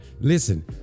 Listen